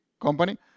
company